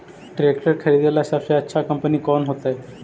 Tractor खरीदेला सबसे अच्छा कंपनी कौन होतई?